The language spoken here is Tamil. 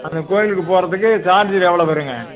அந்த கோயிலுக்கு போகறதுக்கு சார்ஜர் எவ்வளோ வருங்க